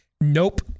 nope